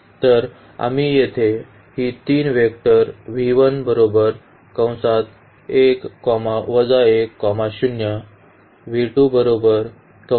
तर आम्ही येथे ही तीन वेक्टर घेतली आहेत